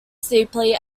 steeply